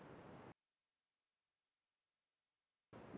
ya mm ya